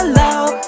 love